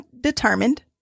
determined